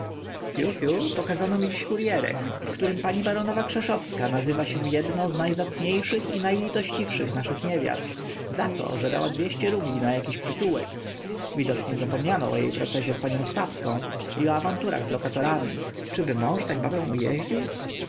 fiu fiu pokazano mi dzisiaj kuryerek w którym pani baronowa krzeszowska nazywa się jedną z najzacniejszych i najlitościwszych naszych niewiast za to że dała dwieście rubli na jakiś przytułek widocznie zapomniano o jej procesie z panią stawską i awanturach z lokatorami czyby mąż tak babę ujeździł